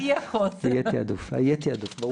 ברור לגמרי.